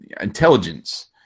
intelligence